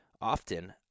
Often